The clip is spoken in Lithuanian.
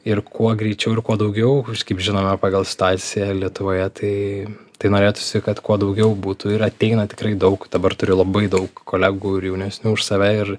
ir kuo greičiau ir kuo daugiau kaip žinome pagal situaciją lietuvoje tai tai norėtųsi kad kuo daugiau būtų ir ateina tikrai daug dabar turiu labai daug kolegų ir jaunesnių už save ir